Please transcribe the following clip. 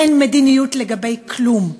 אין מדיניות לגבי כלום.